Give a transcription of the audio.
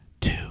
two